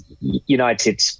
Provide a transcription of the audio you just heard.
United